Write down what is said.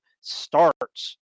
starts